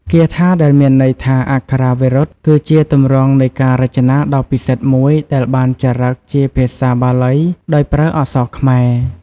គាថា ដែលមានន័យថា អក្ខរាវិរុទ្ធ គឺជាទម្រង់នៃការរចនាដ៏ពិសិដ្ឋមួយដែលបានចារឹកជាភាសាបាលីដោយប្រើអក្សរខ្មែរ។